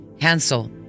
Hansel